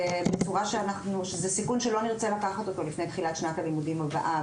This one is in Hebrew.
וזהו סיכון שלא נרצה לקחת לפני תחילת שנת הלימודים הבאה.